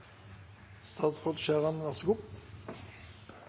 statsråd, så